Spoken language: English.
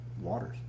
waters